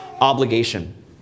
obligation